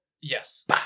yes